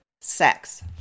sex